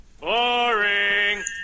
Boring